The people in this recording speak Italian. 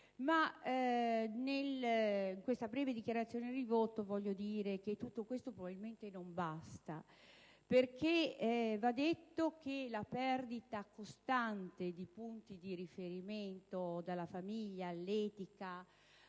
In questa breve dichiarazione di voto voglio però dire che tutto questo probabilmente non basta, perché va detto che la perdita costante di punti di riferimento - dalla famiglia all'etica,